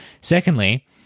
Secondly